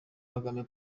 kagame